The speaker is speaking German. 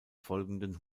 folgenden